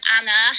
Anna